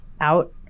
out